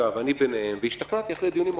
וחשב ואני ביניהם והשתכנעתי אחרי דיונים ארוכים,